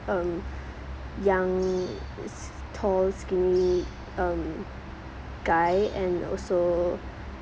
um young tall skinny um guy and also